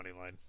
moneyline